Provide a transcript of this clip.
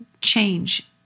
change